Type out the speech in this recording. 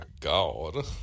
God